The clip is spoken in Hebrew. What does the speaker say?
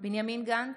בנימין גנץ,